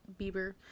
Bieber